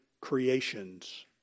creations